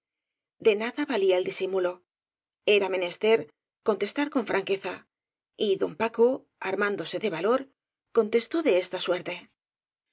de nada valía el disimulo era menester contestar con franqueza y don paco ar mándose de valor contestó de esta suerte